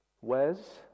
Wes